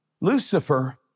Lucifer